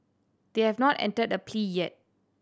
they have not entered a plea yet